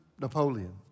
Napoleon